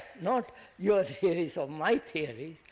not your theories or my theories,